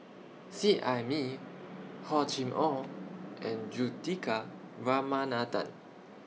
Seet Ai Mee Hor Chim Or and Juthika Ramanathan